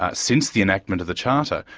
ah since the enactment of the charter,